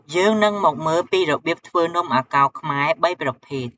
យើងនឹងមកមើលពីរបៀបធ្វើនំអាកោរខ្មែរបីប្រភេទ។